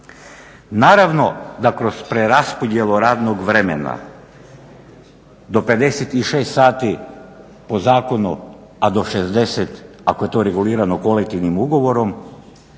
Naravno da kroz preraspodjelu radnog vremena do 56 sati po zakonu, a do 60 ako je to regulirano kolektivnim ugovorom